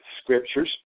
scriptures